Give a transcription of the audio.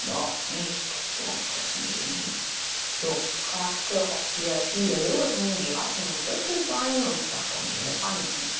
noch nicht brummte es neben ihm jobst fragte ob hier viele löwen giraffen und büffel seien und dachte an die elefanten